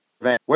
van